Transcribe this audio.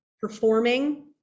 performing